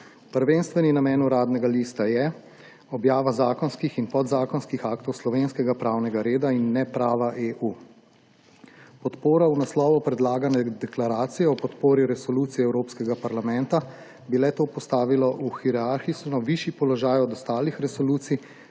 Prvenstveni namen Uradnega lista je objava zakonskih in podzakonskih aktov slovenskega pravnega reda in ne prava EU. Podpora v naslovu predlagane deklaracije o podpori resoluciji Evropskega parlamenta bi le-to postavila v hierarhično višji položaj od ostalih resolucij,